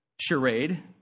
charade